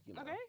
okay